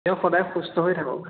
তেওঁ সদায় সুস্থ হৈ থাক